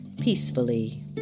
peacefully